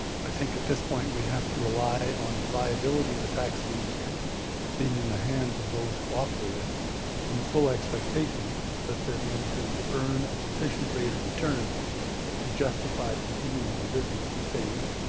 i think at this point we have to rely on the viability of the taxi industry being in the hands of those who operate it and the full expectation that they're going to earn a sufficient rate of return to justify continuing their business and staying in it.